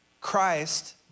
Christ